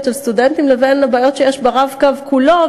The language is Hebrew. של סטודנטים לבין הבעיות שיש ב"רב-קו" כולו,